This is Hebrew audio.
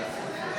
שרן